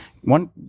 one